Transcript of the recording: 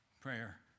prayer